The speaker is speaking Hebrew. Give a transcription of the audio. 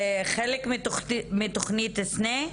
זה חלק מתוכנית סנ"ה?